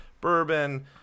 bourbon